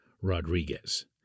Rodriguez